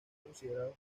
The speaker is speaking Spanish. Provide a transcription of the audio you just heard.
considerados